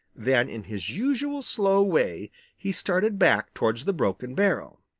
then in his usual slow way he started back towards the broken barrel.